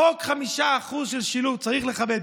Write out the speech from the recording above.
חוק של 5% שילוב צריך לכבד.